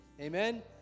Amen